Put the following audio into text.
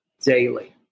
daily